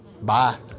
Bye